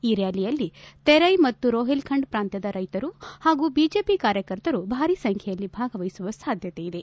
ಈ ರ್್ಯಾಲಿಯಲ್ಲಿ ತೆರೈ ಮತ್ತು ರೋಹಿಲ್ಖಂಡ್ ಪ್ರಾಂತ್ಯದ ರೈತರು ಹಾಗೂ ಬಿಜೆಪಿ ಕಾರ್ಯಕರ್ತರು ಭಾರೀ ಸಂಬ್ಲೆಯಲ್ಲಿ ಭಾಗವಹಿಸಿದ್ದಾರೆ